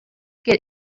get